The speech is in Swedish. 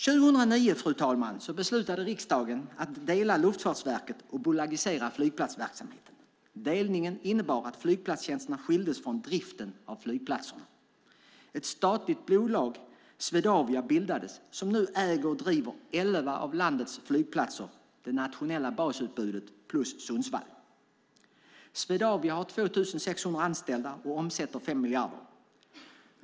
År 2009, fru talman, beslutade riksdagen att dela Luftfartsverket och bolagisera flygplatsverksamheten. Delningen innebar att flygtrafiktjänsterna skildes från driften av flygplatserna. Ett statligt bolag, Swedavia, bildades som nu äger och driver elva av landets flygplatser, det nationella basutbudet plus Sundsvall. Swedavia har 2 600 anställda och omsätter 5 miljarder.